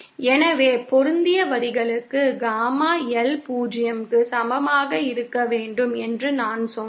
எனவே பொருந்திய வரிகளுக்கு காமா L 0 க்கு சமமாக இருக்க வேண்டும் என்று நான் சொன்னேன்